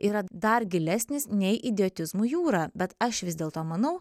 yra dar gilesnis nei idiotizmų jūra bet aš vis dėlto manau